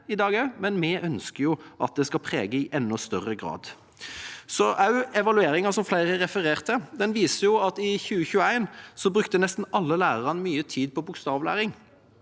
men vi ønsker at det skal prege skolen i enda større grad. Evalueringen, som flere har referert til, viser at i 2021 brukte nesten alle lærerne mye tid på bokstavlæring.